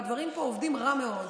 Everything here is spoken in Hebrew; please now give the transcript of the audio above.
והדברים פה עובדים רע מאוד.